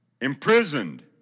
imprisoned